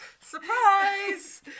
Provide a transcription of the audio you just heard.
Surprise